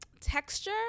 Texture